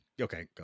Okay